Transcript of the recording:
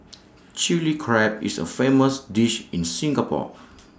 Chilli Crab is A famous dish in Singapore